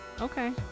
Okay